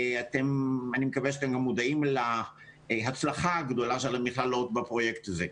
אני מקווה שאתם גם מודעים להצלחה הגדולה של המכללות בפרויקט הזה.